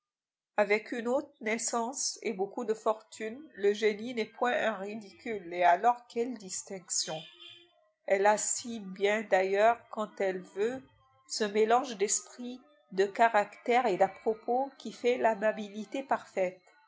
avec une haute naissance et beaucoup de fortune le génie n'est point un ridicule et alors quelle distinction elle a si bien d'ailleurs quand elle veut ce mélange d'esprit de caractère et d'à-propos qui fait l'amabilité parfaite